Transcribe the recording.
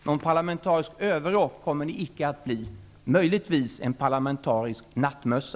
Någon parlamentarisk överrock kommer ni icke att bli, möjligtvis en parlamentarisk nattmössa.